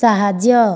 ସାହାଯ୍ୟ